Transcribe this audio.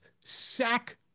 sack